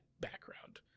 background